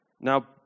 Now